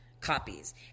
copies